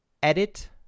edit